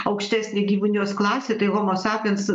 aukštesnė gyvūnijos klasė tai homo sapiens